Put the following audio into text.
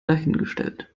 dahingestellt